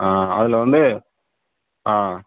ஆ அதில் வந்து ஆ